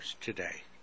today